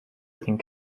think